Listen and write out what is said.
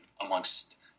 amongst